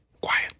quiet